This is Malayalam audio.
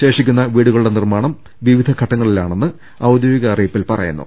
ശേഷിക്കുന്ന വീടുകളുടെ നിർമ്മാണം വിവിധ ഘട്ട ങ്ങളിലാണെന്നും ഔദ്യോഗിക അറിയിപ്പിൽ പറയുന്നു